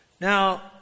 Now